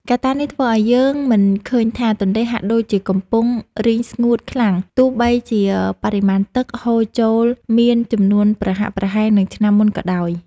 កត្តានេះធ្វើឱ្យយើងមើលឃើញថាទន្លេហាក់ដូចជាកំពុងរីងស្ងួតខ្លាំងទោះបីជាបរិមាណទឹកហូរចូលមានចំនួនប្រហាក់ប្រហែលនឹងឆ្នាំមុនក៏ដោយ។